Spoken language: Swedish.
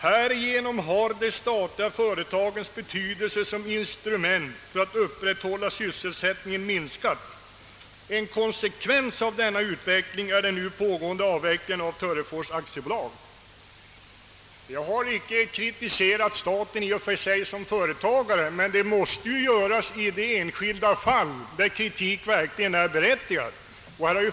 Härigenom har de statliga företagens betydelse som instrument för att upprätthålla sysselsättningen minskat. En konsekvens av denna utveckling är den nu pågående avvecklingen av Törefors AB.» Jag har icke i och för sig kritiserat staten som företagare, men det måste man ju göra i de enskilda fall, där kritik verkligen är berättigad.